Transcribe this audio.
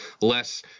less